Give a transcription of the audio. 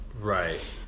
Right